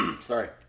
Sorry